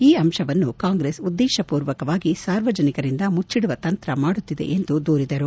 ಈ ಅಂಶವನ್ನು ಕಾಂಗ್ರೆಸ್ ಉದ್ದೇಶಪೂರ್ವಕವಾಗಿ ಸಾರ್ವಜನಿಕರಿಂದ ಮುಚ್ಚಿಡುವ ತಂತ್ರ ಮಾಡುತ್ತಿದೆ ಎಂದು ದೂರಿದರು